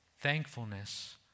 Thankfulness